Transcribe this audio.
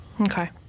okay